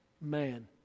man